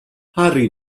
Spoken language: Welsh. harri